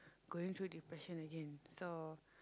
going through depression again so